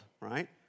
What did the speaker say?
right